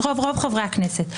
אז רוב חברי הכנסת.